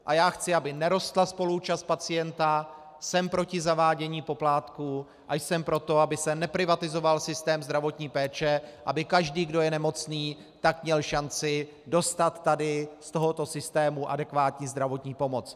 A já chci, aby nerostla spoluúčast pacienta, jsem proti zavádění poplatků a jsem pro to, aby se neprivatizoval systém zdravotní péče, aby každý, kdo je nemocný, měl šanci dostat tady z tohoto systému adekvátní zdravotní pomoc.